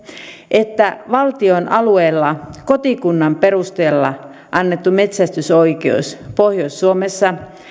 että valtion alueella kotikunnan perusteella annettu metsästysoikeus pohjois suomessa